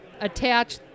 attach